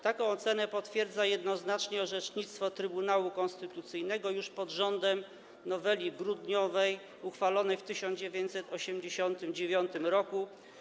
Taką ocenę potwierdza jednoznacznie orzecznictwo Trybunału Konstytucyjnego już pod rządem noweli grudniowej, uchwalonej w 1989 r.